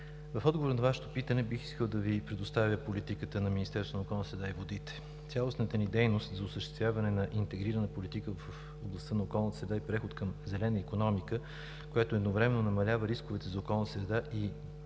В отговор на Вашето питане бих искал да Ви представя политиката на Министерство на околната среда и водите. Цялостната ни дейност за осъществяване на интегрирана политика в областта на околната среда и преход към зелена икономика, която едновременно намалява рисковете за околната среда и гарантира